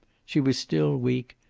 she was still weak,